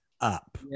up